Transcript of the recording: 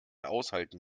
aushalten